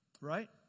Right